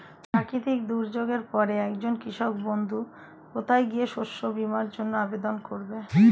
প্রাকৃতিক দুর্যোগের পরে একজন কৃষক বন্ধু কোথায় গিয়ে শস্য বীমার জন্য আবেদন করবে?